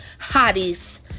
hotties